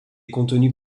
contenus